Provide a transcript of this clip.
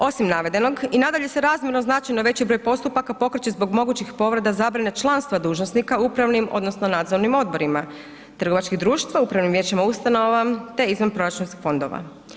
Osim navedenog i nadalje se razmjerno značajno veći broj postupaka pokreće zbog mogućih povreda zabrane članstva dužnosnika u upravnim odnosno nadzornim odborima, trgovačkim društvima, upravnim vijećima ustanova te izvanproračunskih fondova.